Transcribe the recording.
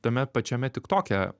tame pačiame tiktoke